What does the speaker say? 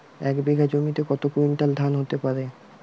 এক বিঘা জমিতে কত কুইন্টাল ধান হতে পারে?